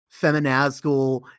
Feminazgul